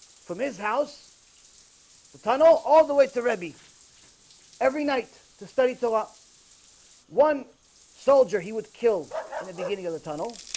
from his house the tunnel all the way to remi every night to study torah one soldier he would kill and the beginning of the tunnel